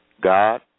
God